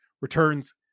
returns